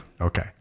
okay